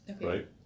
right